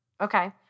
Okay